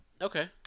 Okay